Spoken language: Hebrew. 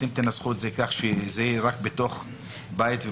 תנסחו את זה כך שזה יהיה רק בתוך בית או